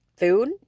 food